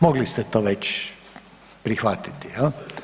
Mogli ste to već prihvatiti, je li?